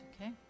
Okay